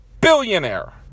billionaire